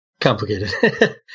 complicated